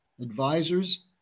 advisors